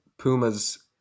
Puma's